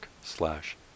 slash